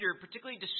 particularly